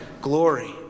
glory